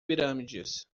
pirâmides